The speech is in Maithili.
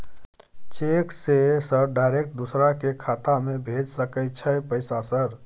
चेक से सर डायरेक्ट दूसरा के खाता में भेज सके छै पैसा सर?